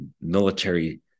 military